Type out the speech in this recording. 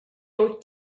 wyt